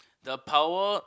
the power